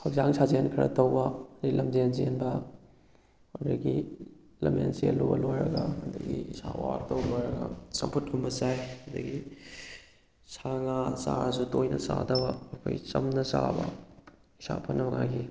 ꯍꯛꯆꯥꯡ ꯁꯥꯖꯦꯟ ꯈꯔ ꯇꯧꯕ ꯑꯗꯨꯗꯩ ꯂꯝꯖꯦꯟ ꯆꯦꯟꯕ ꯑꯗꯨꯗꯒꯤ ꯂꯝꯖꯦꯟ ꯆꯦꯜꯂꯨꯕ ꯂꯣꯏꯔꯒ ꯑꯗꯨꯗꯒꯤ ꯏꯁꯥ ꯋ꯭ꯔꯛꯇꯧꯕ ꯂꯣꯏꯔꯒ ꯆꯝꯐꯨꯠꯀꯨꯝꯕ ꯆꯥꯏ ꯑꯗꯨꯗꯒꯤ ꯁꯥ ꯉꯥ ꯆꯥꯔꯁꯨ ꯇꯣꯏꯅ ꯆꯥꯗꯕ ꯑꯩꯈꯣꯏ ꯆꯝꯅ ꯆꯥꯕ ꯏꯁꯥ ꯐꯅꯉꯥꯏꯒꯤ